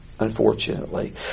unfortunately